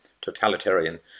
totalitarian